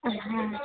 હા